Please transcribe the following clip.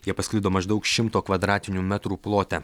jie pasklido maždaug šimto kvadratinių metrų plote